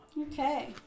okay